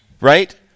right